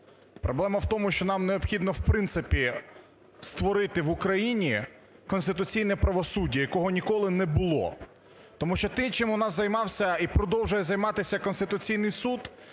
проблема в тому, що нам необхідно, в принципі, створити в Україні конституційне правосуддя, якого ніколи не було. Тому що те, чим у нас займався і продовжує займатися Конституційний Суд,